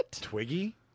Twiggy